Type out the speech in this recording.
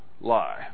lie